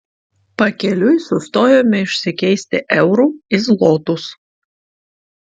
pakeliui sustojome išsikeisti eurų į zlotus